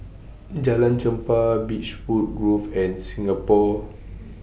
Jalan Chempah Beechwood Grove and Singapore